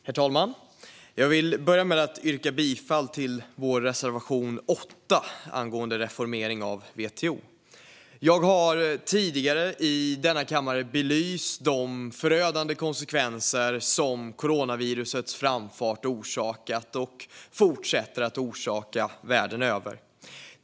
Herr talman! Jag vill börja med att yrka bifall till vår reservation 8 angående reformering av WTO. Jag har tidigare i denna kammare belyst de förödande konsekvenser som coronavirusets framfart har orsakat och fortsätter att orsaka världen över.